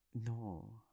No